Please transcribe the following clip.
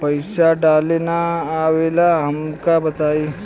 पईसा डाले ना आवेला हमका बताई?